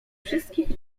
wszystkich